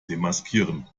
demaskieren